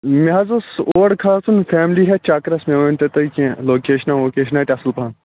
مےٚ حظ اوس اور کھسُن فیملی ہٮ۪تھ چکرس مےٚ ؤنۍتو تہۍ کیٚنٛہہ لوکیشنا ووکیشنا اَتہِ اَصٕل پَہن